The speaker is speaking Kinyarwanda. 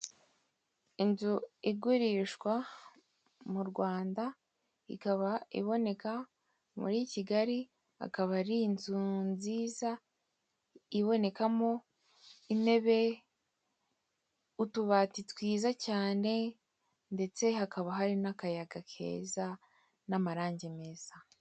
Inzu igurishwa mu Rwanda ikaba iboneka muri Kigali akaba ari inzu nziza ibonekamo intebe, utubati twiza cyane ndetse hakaba hari n'akayaga keza n'amarange meza.